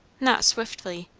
not swiftly,